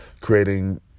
creating